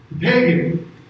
Pagan